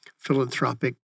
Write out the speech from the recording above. philanthropic